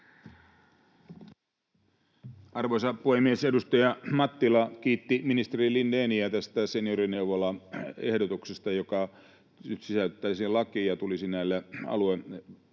Arvoisa puhemies! Edustaja Mattila kiitti ministeri Lindéniä tästä seniorineuvolaehdotuksesta, joka nyt sisällytettäisiin lakiin ja tulisi